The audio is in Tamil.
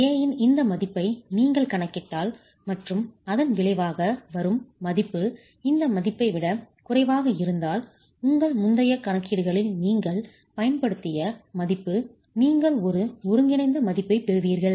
a இன் இந்த மதிப்பை நீங்கள் கணக்கிட்டால் மற்றும் அதன் விளைவாக வரும் மதிப்பு இந்த மதிப்பை விட குறைவாக இருந்தால் உங்கள் முந்தைய கணக்கீடுகளில் நீங்கள் பயன்படுத்திய மதிப்பு நீங்கள் ஒரு ஒருங்கிணைந்த மதிப்பைப் பெறுவீர்கள்